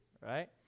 right